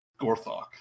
Gorthok